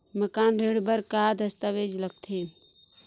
मकान ऋण बर का का दस्तावेज लगथे?